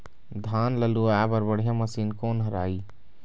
धान ला लुआय बर बढ़िया मशीन कोन हर आइ?